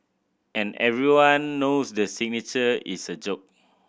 and everyone knows the signature is a joke